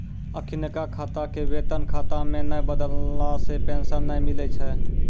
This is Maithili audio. अखिनका खाता के वेतन खाता मे नै बदलला से पेंशन नै मिलै छै